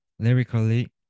Lyrically